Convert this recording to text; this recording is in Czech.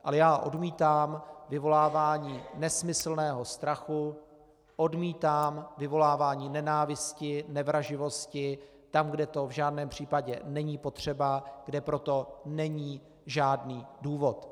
Ale já odmítám vyvolávání nesmyslného strachu, odmítám vyvolávání nenávisti, nevraživosti tam, kde to v žádném případě není potřeba, kde pro to není žádný důvod.